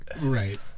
Right